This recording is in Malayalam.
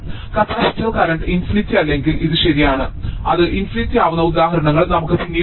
കപ്പാസിറ്റർ കറന്റ് ഇൻഫിനിറ്റി അല്ലെങ്കിൽ ഇത് ശരിയാണ് അത് ഇൻഫിനിറ്റി ആവുന്ന ഉദാഹരണങ്ങൾ നമുക്ക് പിന്നീട് കാണാം